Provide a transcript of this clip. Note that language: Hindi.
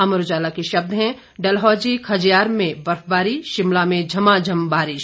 अमर उजाला के शब्द हैं डलहौजी खज्जियार में बर्फबारी शिमला में झमाझम बारिश